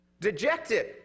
dejected